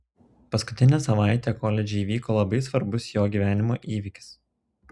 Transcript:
paskutinę savaitę koledže įvyko labai svarbus jo gyvenime įvykis